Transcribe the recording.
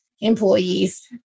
employees